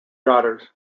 daughters